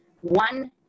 one